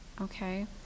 Okay